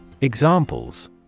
Examples